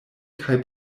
kaj